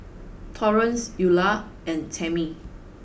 Torrance Eulah and Tamie